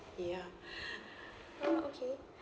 ya uh okay